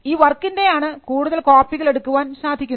ഈ വർക്കിൻറെ ആണ് കൂടുതൽ കോപ്പികൾ എടുക്കാൻ സാധിക്കുന്നത്